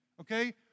okay